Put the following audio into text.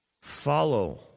Follow